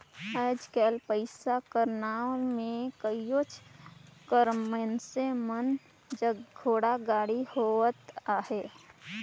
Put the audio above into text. आएज काएल पइसा कर नांव में कहोंच कर मइनसे मन जग धोखाघड़ी होवत अहे